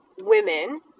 women